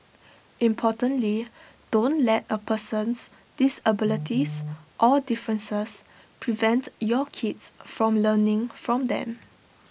importantly don't let A person's disabilities or differences prevent your kids from learning from them